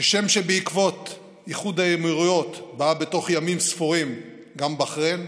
כשם שבעקבות איחוד האמירויות באה בתוך ימים ספורים גם בחריין,